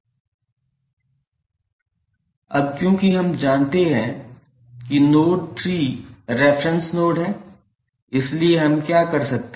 अब क्योंकि हम जानते हैं कि नोड 3 रेफेरेंस नोड है इसलिए हम क्या कर सकते हैं